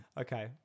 Okay